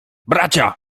bracia